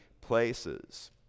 places